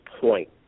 point